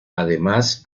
además